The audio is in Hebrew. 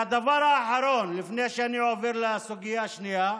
והדבר האחרון, לפני שאני עובר לסוגיה השנייה,